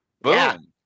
boom